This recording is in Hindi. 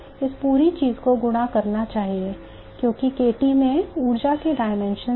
इस पूरी चीज को गुणा करना चाहिए क्योंकि k T में ऊर्जा के dimension हैं